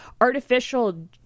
artificial